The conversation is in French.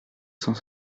cent